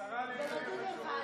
השרה לעניינים חשובים.